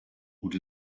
gute